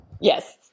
yes